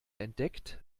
entdeckt